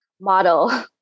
model